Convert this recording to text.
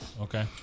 Okay